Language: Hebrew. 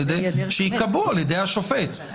שייקבעו על ידי השופט.